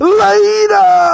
later